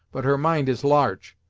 but her mind is large.